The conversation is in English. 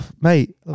Mate